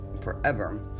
forever